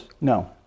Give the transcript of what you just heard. No